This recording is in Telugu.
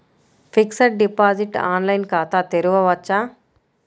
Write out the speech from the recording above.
ఫిక్సడ్ డిపాజిట్ ఆన్లైన్ ఖాతా తెరువవచ్చా?